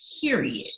period